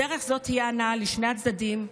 בדרך זו תהיה הנאה לשני הצדדים,